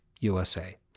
USA